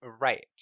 Right